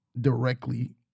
directly